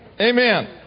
amen